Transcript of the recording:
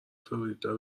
فلوریدا